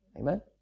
Amen